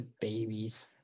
babies